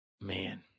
man